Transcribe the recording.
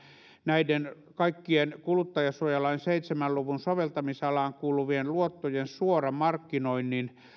näiden kaikkien kuluttajansuojalain seitsemän luvun soveltamisalaan kuuluvien luottojen suoramarkkinoinnin